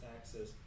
access